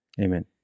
Amen